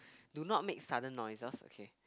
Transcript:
do not make sudden noises okay